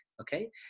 okay